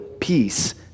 peace